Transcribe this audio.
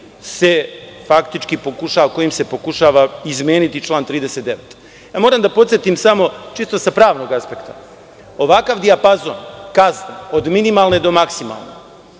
se faktički pokušava izmeniti član 39.Moram da podsetim samo, čisto sa pravnog aspekta, ovakav dijapazon kazni, od minimalne do maksimalne,